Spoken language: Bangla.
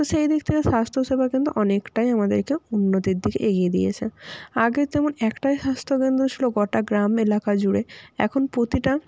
তো সেই দিক থেকে স্বাস্থ্যসেবা কিন্তু অনেকটাই আমাদেরকে উন্নতির দিকে এগিয়ে দিয়েছে আগে যেমন একটাই স্বাস্থ্যকেন্দ্র ছিলো গোটা গ্রাম এলাকা জুড়ে এখন প্রতিটা